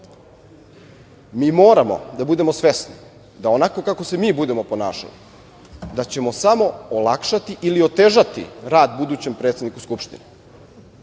moramo da budemo svesni da onako kako se mi budemo ponašali, da ćemo samo olakšati ili otežati rad budućem predsedniku Skupštine.